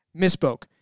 Misspoke